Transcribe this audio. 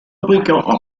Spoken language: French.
fabricants